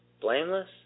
blameless